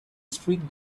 streak